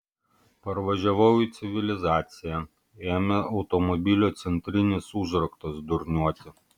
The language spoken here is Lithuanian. parvažiavau į civilizaciją ėmė automobilio centrinis užraktas durniuoti